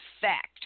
fact